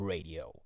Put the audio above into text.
Radio